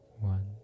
one